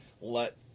let